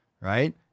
right